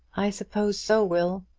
i suppose so, will.